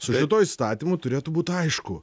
su šituo įstatymu turėtų būt aišku